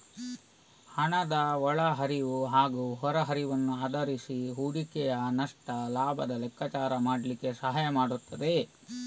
ಹಣದ ಒಳ ಹರಿವು ಹಾಗೂ ಹೊರ ಹರಿವನ್ನು ಆಧರಿಸಿ ಹೂಡಿಕೆಯ ನಷ್ಟ ಲಾಭದ ಲೆಕ್ಕಾಚಾರ ಮಾಡ್ಲಿಕ್ಕೆ ಸಹಾಯ ಮಾಡ್ತದೆ